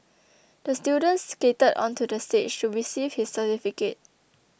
the student skated onto the stage to receive his certificate